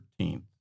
13th